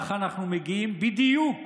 אנחנו מגיעים בדיוק